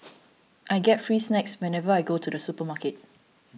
I get free snacks whenever I go to the supermarket